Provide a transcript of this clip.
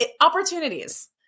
opportunities